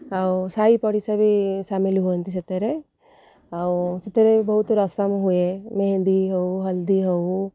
ଆଉ ସାହି ପଡ଼ିଶା ବି ସାମିଲ୍ ହୁଅନ୍ତି ସେଥିରେ ଆଉ ସେଥିରେ ବହୁତ ରସମ୍ ହୁଏ ମେହେନ୍ଦି ହେଉ ହଳଦୀ ହେଉ